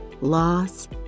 loss